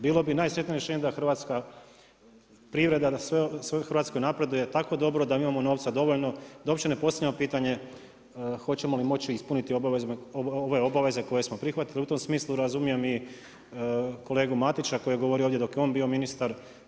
Bilo bi najsretnije rješenje, da Hrvatska privreda, da Hrvatska napreduje tako dobro, da mi imamo novca dovoljno, da uopće ne postavljamo pitanje, hoćemo li moči ispuniti ove obaveze koje smo prihvatili i u tom smislu razumijem i kolegu Matića koji je govorio ovdje dok je on bio ministar.